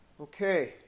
Okay